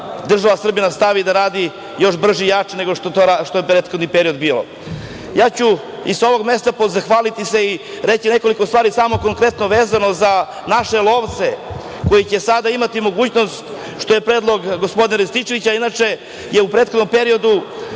država Srbija nastavi da radi još brže i jače nego što je prethodni period bio. Ja ću i sa ovog mesta zahvaliti se i reći nekoliko stvari konkretno vezano za naše lovce koji će sada imati mogućnost, što je predlog gospodina Rističevića, inače je u prethodnom periodu